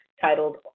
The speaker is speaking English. titled